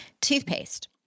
Toothpaste